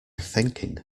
thinking